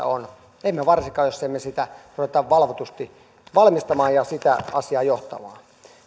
on emme varsinkaan jos emme sitä rupea valvotusti valmistamaan ja sitä asiaa johtamaan